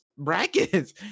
brackets